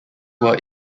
were